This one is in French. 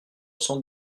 cent